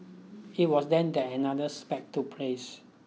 it was then that another spat took place